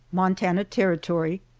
montana territory,